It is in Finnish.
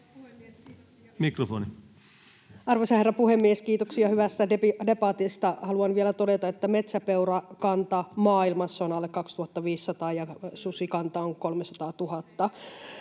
Mikrofoni. Arvoisa herra puhemies! Kiitoksia hyvästä debatista. Haluan vielä todeta, että metsäpeurakanta maailmassa on alle 2 500 ja susikanta on 300 000.